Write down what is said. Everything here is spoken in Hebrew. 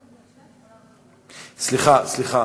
סליחה, סליחה,